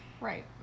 Right